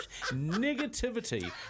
negativity